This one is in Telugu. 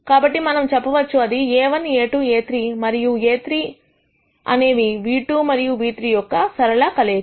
కాబట్టి మనము చెప్పవచ్చు అది A₁ A₁ A₂ మరియు A₃ యు అనేవి v2 మరియు v3 యొక్క సరళ కలయిక